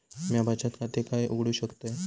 म्या बचत खाते खय उघडू शकतय?